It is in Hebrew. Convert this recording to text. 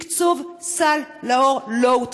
תקצוב סל לאור לא עודכן.